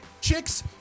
Chicks